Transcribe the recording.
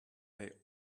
they